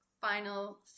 final